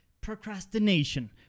procrastination